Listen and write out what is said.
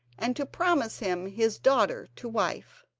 and to promise him his daughter to wife.